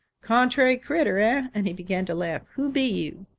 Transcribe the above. contrary critter, ah! and he began to laugh. who be you?